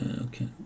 Okay